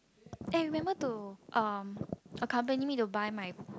eh remember to uh accompany me to buy my